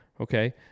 Okay